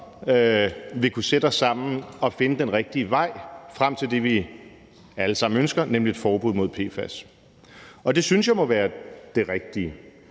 vil kunne sætte os sammen og finde den rigtige vej frem til det, vi alle sammen ønsker, nemlig et forbud mod PFAS, og det synes jeg må være det rigtige.